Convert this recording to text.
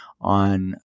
on